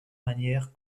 manière